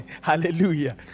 Hallelujah